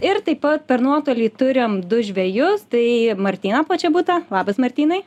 ir taip pat per nuotolį turim du žvejus tai martyną počebutą labas martynai